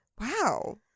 Wow